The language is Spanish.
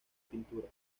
pintura